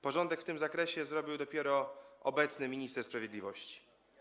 Porządek w tym zakresie zrobił dopiero obecny minister sprawiedliwości.